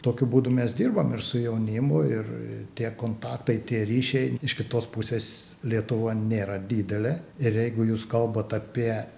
tokiu būdu mes dirbam ir su jaunimu ir tie kontaktai tie ryšiai iš kitos pusės lietuva nėra didelė ir jeigu jūs kalbat apie